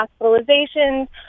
hospitalizations